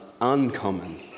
uncommon